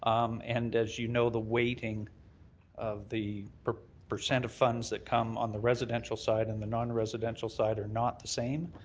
um and as you know, the weighting of the percent of funds that come on the residential side and the non-residential side are not the same.